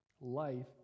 Life